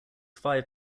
five